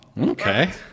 okay